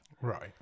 Right